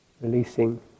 releasing